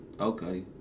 okay